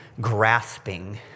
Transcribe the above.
grasping